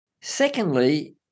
Secondly